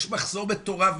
יש מחסור מטורף במעונות.